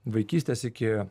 vaikystės iki